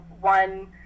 one